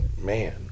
man